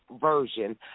Version